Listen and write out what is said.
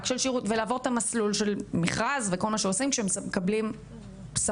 שירות ולעבור את המסלול של מרכז וכל מה שעושים כשמקבלים ספק.